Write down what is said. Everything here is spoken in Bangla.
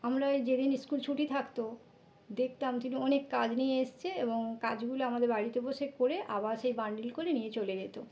আমরা যেদিন স্কুল ছুটি থাকতো দেখতাম তিনি অনেক কাজ নিয়ে এসেছে এবং কাজগুলো আমাদের বাড়িতে বসে করে আবার সেই বান্ডিল করে নিয়ে চলে যেতো